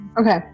Okay